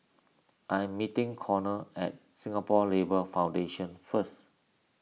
I am meeting Conner at Singapore Labour Foundation first